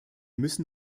müssen